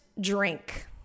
drink